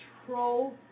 control